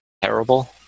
terrible